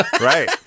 Right